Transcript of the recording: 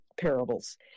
parables